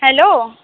hello